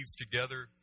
together